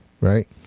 right